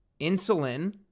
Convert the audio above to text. insulin